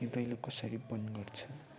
यो दैलो कसरी बन्द गर्छ